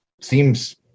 seems